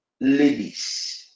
ladies